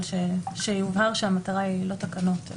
אבל שיובהר שהמטרה היא לא תקנות.